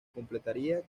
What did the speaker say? completaría